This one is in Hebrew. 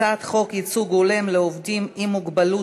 הצעת חוק ייצוג הולם לעובדים עם מוגבלות